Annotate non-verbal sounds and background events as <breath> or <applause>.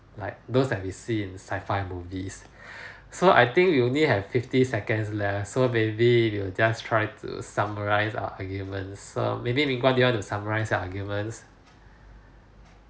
like those have we seen in sci-fi movies <breath> so I think you only have fifty seconds left so maybe we will just try to summarise our arguments so maybe ming-guan do you want to summarise arguments